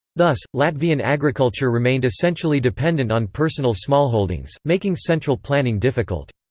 thus, latvian agriculture remained essentially dependent on personal smallholdings, making central planning difficult.